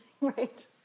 Right